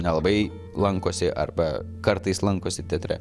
nelabai lankosi arba kartais lankosi teatre